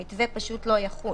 המתווה פשוט לא יחול.